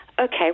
okay